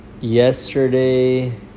yesterday